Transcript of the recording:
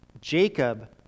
Jacob